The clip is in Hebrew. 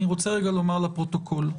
אני רוצה לומר לפרוטוקול,